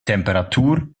temperatur